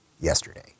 yesterday